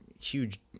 huge